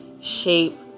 shape